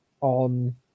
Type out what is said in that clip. on